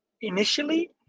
initially